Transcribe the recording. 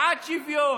בעד שוויון,